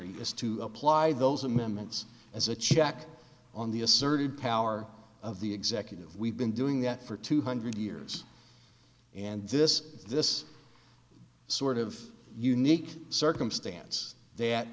is to apply those amendments as a check on the asserted power of the executive we've been doing that for two hundred years and this this sort of unique circumstance that